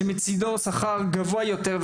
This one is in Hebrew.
שתכלול מעבר לשכר גבוה יותר,